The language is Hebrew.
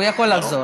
הוא יכול לחזור.